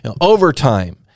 Overtime